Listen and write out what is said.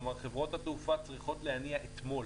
ולכן חברות התעופה היו צריכות להניע כבר אתמול